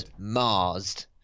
Marsed